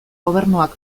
gobernuak